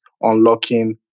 unlocking